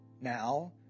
now